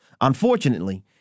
Unfortunately